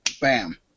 bam